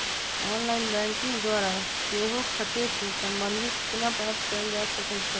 online banking द्वारा सेहो खते से संबंधित सूचना प्राप्त कएल जा सकइ छै